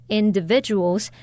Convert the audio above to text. individuals